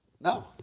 No